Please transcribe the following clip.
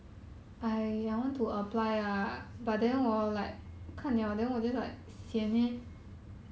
I I don't care I just apply leh then hoping that they will get back to me